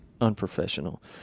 Unprofessional